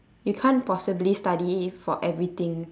you can't possibly study for everything